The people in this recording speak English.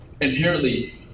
inherently